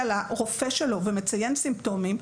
לרופא שלו ומציין סימפטומים,